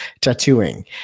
Tattooing